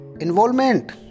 involvement